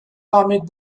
comic